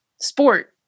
sport